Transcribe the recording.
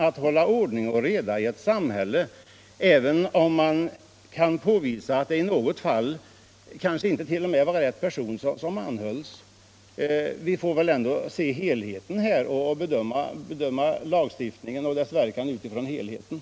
att hålla ordning och reda i samhället, även om man kan påvisa att det i något fall kanske t.o.m. inte var rätt person som anhölls. Vi får väl ändå se till helheten och bedöma lagstiftningen och dess verkan utifrån denna helhet.